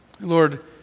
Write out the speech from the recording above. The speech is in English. Lord